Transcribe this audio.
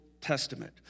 Testament